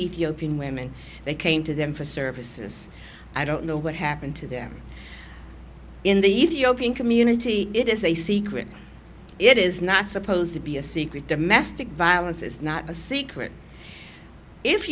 ethiopian women they came to them for services i don't know what happened to them in the ethiopian community it is a secret it is not supposed to be a secret domestic violence is not a secret if